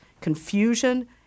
confusion